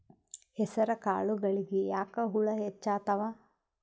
ಹೆಸರ ಕಾಳುಗಳಿಗಿ ಯಾಕ ಹುಳ ಹೆಚ್ಚಾತವ?